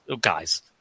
guys